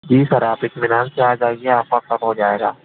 جی sir آپ اطمینان سے آ جائیے آپ کا سب ہو جائے گا